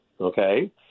Okay